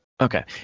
Okay